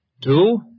Two